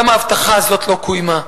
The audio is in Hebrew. גם ההבטחה הזאת לא קוימה.